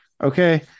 okay